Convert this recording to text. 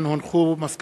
לתקנון הכנסת,